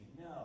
No